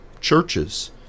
churches